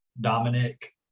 Dominic